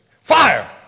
fire